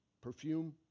perfume